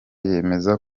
yemeza